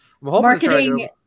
Marketing